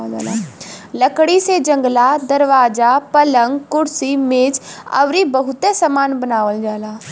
लकड़ी से जंगला, दरवाजा, पलंग, कुर्सी मेज अउरी बहुते सामान बनावल जाला